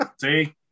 see